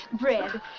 Bread